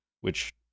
which-